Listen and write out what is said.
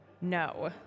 No